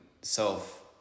self